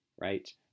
right